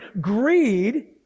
greed